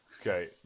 Okay